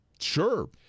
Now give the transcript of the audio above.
Sure